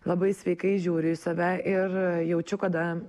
labai sveikai žiūriu į save ir jaučiu kada